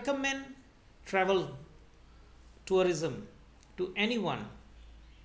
recommend travel tourism to anyone